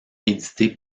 édité